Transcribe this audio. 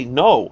no